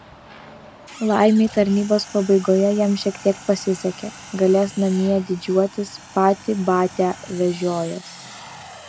laimei tarnybos pabaigoje jam šiek tiek pasisekė galės namie didžiuotis patį batią vežiojęs